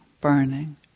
burning